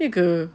ye ke